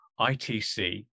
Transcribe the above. ITC